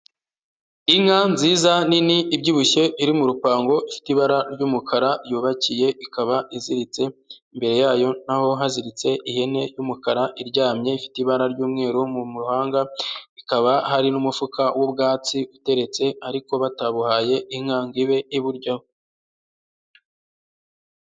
Inka nziza, nini ibyibushye, iri mu rupango, ifite ibara ry'umukara, yubakiye, ikaba iziritse, imbere yayo naho haziritse ihene y'umukara iryamye, ifite ibara ry'umweru mu ruhanga, hari n'umufuka w'ubwatsi uteretse ariko batabuhaye inka ngo ibe iburyaho.